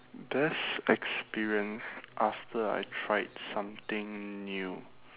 best experience after I tried something new